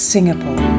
Singapore